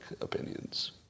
opinions